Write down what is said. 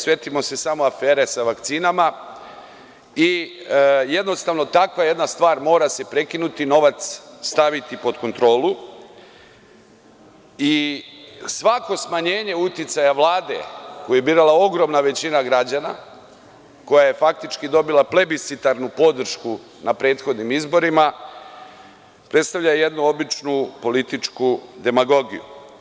Setimo se samo afere sa vakcinama i jednostavno takva jedna stvar mora se prekinuti - novac staviti pod kontrolu i svako smanjenje uticaja Vlade, koju je birala ogromna većina građana, koja je faktički dobila plebisitarnu podršku na prethodnim izborima predstavlja jednu običnu političku demagogiju.